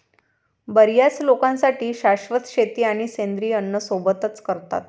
बर्याच लोकांसाठी शाश्वत शेती आणि सेंद्रिय अन्न सोबतच करतात